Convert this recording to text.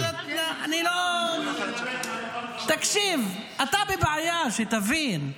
אני לא, תקשיב, אתה בבעיה, שתבין.